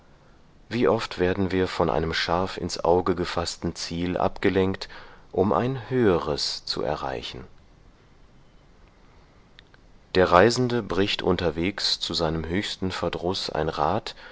wie oft werden wir von einem scharf ins auge gefaßten ziel abgelenkt um ein höheres zu erreichen der reisende bricht unterwegs zu seinem höchsten verdruß ein rad